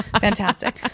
Fantastic